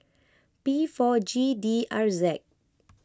P four G D R Z